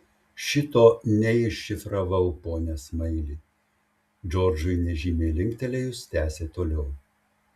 šito neiššifravau pone smaili džordžui nežymiai linktelėjus tęsė toliau